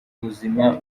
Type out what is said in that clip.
muzima